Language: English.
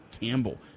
Campbell